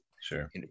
Sure